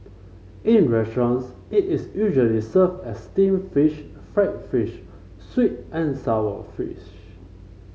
in restaurants it is usually served as steamed fish fried fish sweet and sour fish